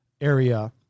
area